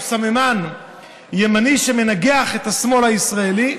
סממן ימין שמנגח את השמאל הישראלי.